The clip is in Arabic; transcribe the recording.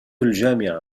الجامعة